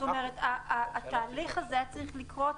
זאת אומרת, התהליך הזה היה כבר צריך לקרות.